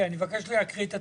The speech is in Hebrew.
אני מבקש להקריא את התקנות.